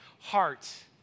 heart